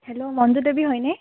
hello Manju Devi হয়নে